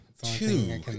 Two